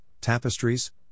tapestries